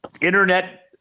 internet